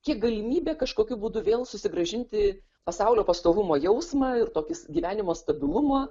kiek galimybė kažkokiu būdu vėl susigrąžinti pasaulio pastovumo jausmą ir tokius gyvenimo stabilumą